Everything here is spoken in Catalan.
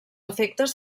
efectes